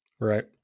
Right